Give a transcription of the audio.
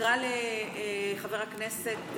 תקרא לחבר הכנסת